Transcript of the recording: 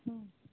ꯑꯥ